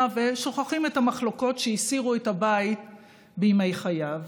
ושוכחים את המחלוקות שהסעירו את הבית בימי חייו.